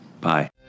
Bye